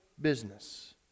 business